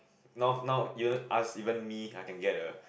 now now even ask even me I can get a